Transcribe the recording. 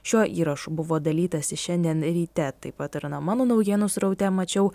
šiuo įrašu buvo dalytasi šiandien ryte taip pat ir na mano naujienų sraute mačiau